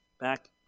back